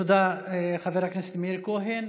תודה, חבר הכנסת מאיר כהן.